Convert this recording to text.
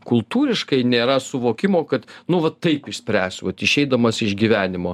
kultūriškai nėra suvokimo kad nu vat taip išspręsiu vat išeidamas iš gyvenimo